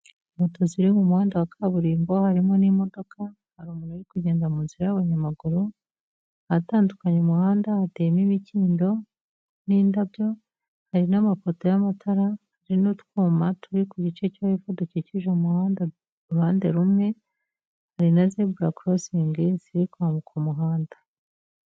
Moto ziri mu muhanda wa kaburimbo, harimo n'imodoka, hari umuntu uri kugenda mu nzira y'abanyamaguru. Ahatandukanya umuhanda hateyemo imikindo n'indabyo, hari n'amapoto y'amatara, hari n'utwuma turi ku gice cyo hepfo dukikije umuhanda uruhande rumwe, hari na zebura korosingi ziri kwambuka umuhanda.